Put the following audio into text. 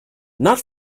not